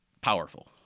powerful